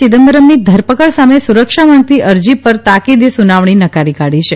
ચિદમ્બરમની ધરપકડ સામે સુરક્ષા માંગતી અરજી પર તાકીદે સુનાવણી નકારી કાઢી છે